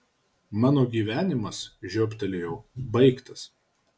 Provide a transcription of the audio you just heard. mano gyvenimas žiobtelėjau baigtas